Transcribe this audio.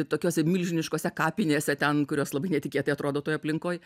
tokiose milžiniškose kapinėse ten kurios labai netikėtai atrodo toj aplinkoj